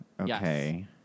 Okay